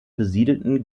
besiedelten